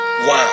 Wow